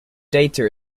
data